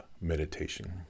meditation